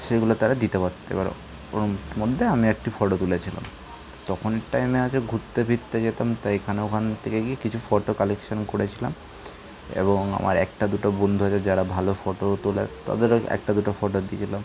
সেগুলো তারা দিতে পারতো এবার ওর মধ্যে আমি একটি ফটো তুলেছিলাম তখন টাইমে আছে ঘুরতে ফিরতে যেতাম তা এখানে ওখান থেকে গিয়ে কিছু ফটো কালেকশান করেছিলাম এবং আমার একটা দুটো বন্ধু আছে যারা ভালো ফটো তোলার তাদেরও একটা দুটো ফটো দিয়েছিলাম